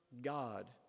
God